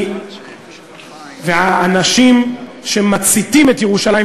האנשים שמציתים את ירושלים,